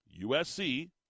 USC